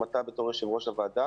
אם אתה כיושב-ראש הוועדה